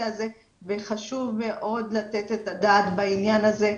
הזה וחשוב מאוד לתת את הדעת בעניין הזה.